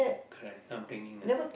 correct upbringing ah